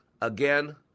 again